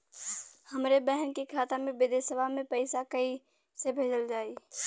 हमरे बहन के खाता मे विदेशवा मे पैसा कई से भेजल जाई?